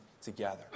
together